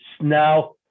now